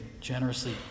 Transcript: generously